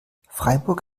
freiburg